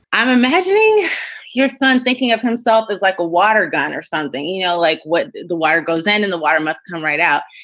i'm imagining your son thinking up himself is like a water gun or something. you know like what? the wire goes in and the water must come right out.